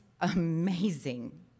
amazing